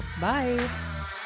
Bye